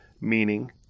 meaning